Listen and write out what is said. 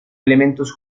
elementos